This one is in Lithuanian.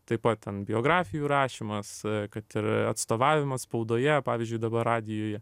taip pat ten biografijų rašymas kad ir atstovavimas spaudoje pavyzdžiui dabar radijuje